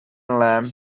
lamb